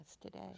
today